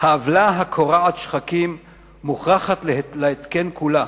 "העוולה הקורעת שחקים מוכרחת להתקן כולה.